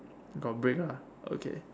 got brick ah okay